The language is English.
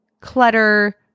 clutter